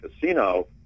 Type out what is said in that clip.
casino